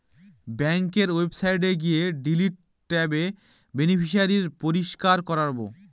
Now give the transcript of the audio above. ব্যাঙ্কের ওয়েবসাইটে গিয়ে ডিলিট ট্যাবে বেনিফিশিয়ারি পরিষ্কার করাবো